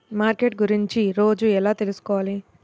Market గురించి రోజు ఎలా తెలుసుకోవాలి?